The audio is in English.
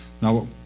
Now